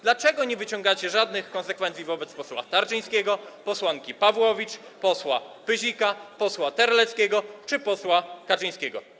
Dlaczego nie wyciągacie żadnych konsekwencji wobec posła Tarczyńskiego, posłanki Pawłowicz, posła Pyzika, posła Terleckiego czy posła Kaczyńskiego?